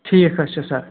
ٹھیٖک حظ چھُ سَر